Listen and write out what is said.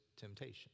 temptation